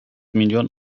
milyon